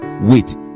wait